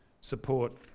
support